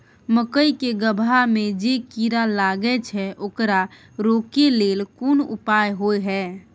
मकई के गबहा में जे कीरा लागय छै ओकरा रोके लेल कोन उपाय होय है?